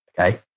okay